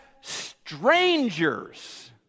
strangers